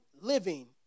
living